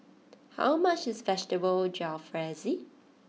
how much is Vegetable Jalfrezi